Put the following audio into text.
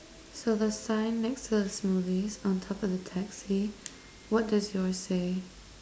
so the sign next to the smoothie on top of the taxi what does yours say